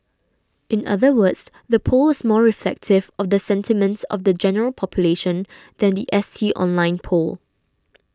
in other words the poll is more reflective of the sentiments of the general population than the S T online poll